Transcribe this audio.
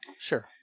sure